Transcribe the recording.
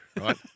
right